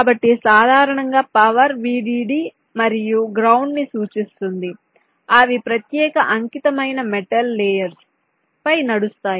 కాబట్టి సాధారణంగా power Vdd మరియు గ్రౌండ్ని సూచిస్తుంది అవి ప్రత్యేక అంకితమైన మెటల్ లేయర్స్ పై నడుస్తాయి